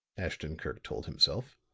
ashton-kirk told himself.